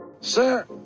sir